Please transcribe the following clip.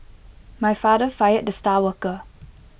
my father fired the star worker